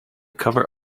cover